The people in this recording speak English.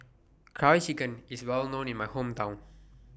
Curry Chicken IS Well known in My Hometown